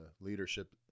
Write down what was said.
leadership